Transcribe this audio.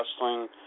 wrestling